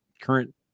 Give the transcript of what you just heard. current